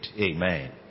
Amen